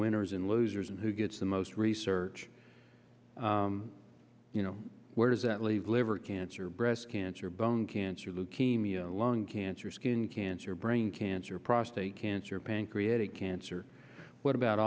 winners and losers and who gets the most research you know where does that leave liver cancer breast cancer bone cancer leukemia lung cancer skin cancer brain cancer prostate cancer pancreatic cancer what about